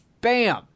bam